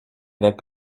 avaient